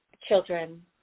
children